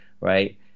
right